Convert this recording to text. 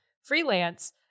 Freelance